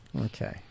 Okay